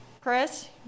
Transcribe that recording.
Chris